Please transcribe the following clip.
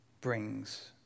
brings